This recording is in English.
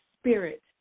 spirit